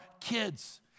kids